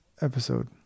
episode